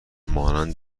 مانند